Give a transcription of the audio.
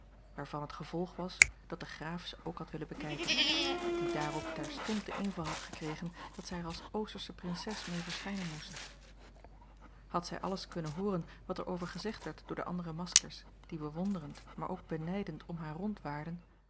waarvan het gevolg was dat de graaf ze ook had willen bekijken die daarop terstond den inval had gekregen dat zij er als oostersche prinses mee verschijnen moest had zij alles kunnen hooren wat er over gezegd werd door de andere maskers die bewonderend maar ook benijdend om haar